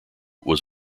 was